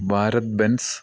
Bharat Benz